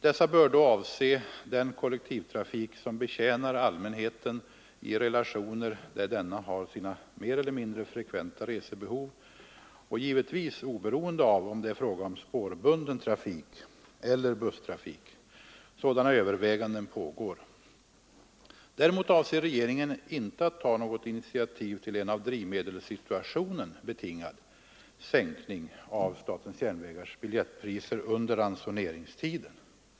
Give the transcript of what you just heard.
Dessa bör då avse den kollektivtrafik som betjänar allmänheten i relationer där denna har sina mer eller mindre frekventa resebehov, och givetvis oberoende av om det är fråga om spårbunden trafik eller busstrafik. Sådana överväganden pågår. Däremot avser regeringen inte att ta något initiativ till en av drivmedelssituationen betingad sänkning av SJ:s biljettpriser under ransoneringstiden.